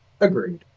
Agreed